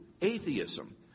atheism